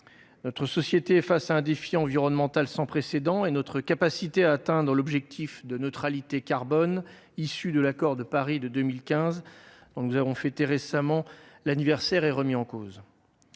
Notre société est face à un défi environnemental sans précédent et notre capacité à atteindre l'objectif de neutralité carbone issu de l'accord de Paris de 2015, dont nous avons fêté récemment l'anniversaire, est remise en cause.